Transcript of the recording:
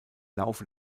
laufe